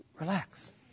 relax